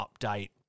update